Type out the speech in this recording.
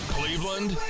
Cleveland